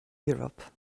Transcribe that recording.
europe